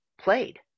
played